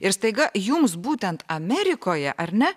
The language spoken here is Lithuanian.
ir staiga jums būtent amerikoje ar ne